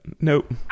nope